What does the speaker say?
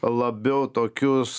labiau tokius